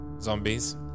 Zombies